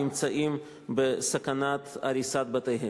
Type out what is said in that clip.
נמצאים בסכנת הריסת בתיהם.